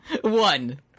One